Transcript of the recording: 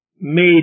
made